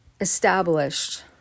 established